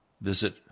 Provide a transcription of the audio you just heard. visit